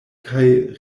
kaj